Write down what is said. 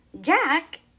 Jack